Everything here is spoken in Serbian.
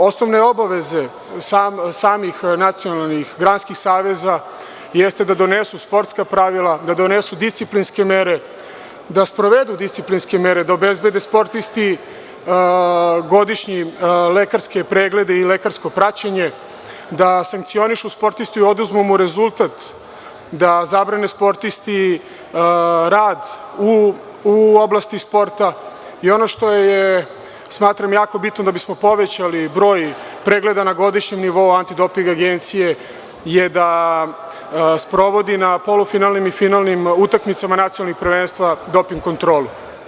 Osnovne obaveze samih nacionalnih granskih saveza jesu da donesu sportska pravila, da donesu disciplinske mere, da sprovedu disciplinske mere, da obezbede sportistima godišnje lekarske preglede i lekarsko praćenje, da sankcionišu sportistu i oduzmu mu rezultat, da zabrane sportisti rad u oblasti sporta, i ono što smatram jako bitno, da bismo povećali broj pregleda na godišnjem nivou Antidoping agencije, da sprovodi na finalnim i polufinalnim utakmicama nacionalnog prvenstva doping kontrolu.